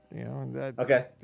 Okay